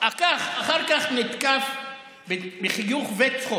אחר כך נתקף בחיוך, וצחוק,